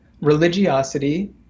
religiosity